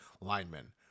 linemen